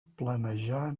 planejar